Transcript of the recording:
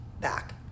back